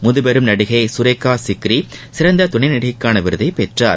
முதுபெரும் நடிகை சுரேகா சிக்கிரி சிறந்த துணை நடிகைக்கான விருதைப் பெற்றார்